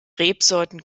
rebsorten